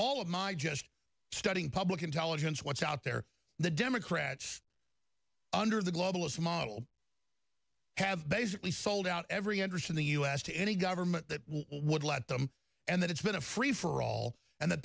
all of my just studying public intelligence what's out there the democrats under the globalist model have basically sold out every interest in the us to any government that would let them and that it's been a free for all and